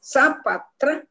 Sapatra